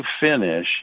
finish